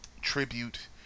tribute